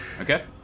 Okay